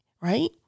right